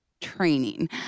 training